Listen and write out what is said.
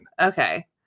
Okay